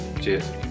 Cheers